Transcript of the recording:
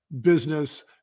business